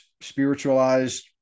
spiritualized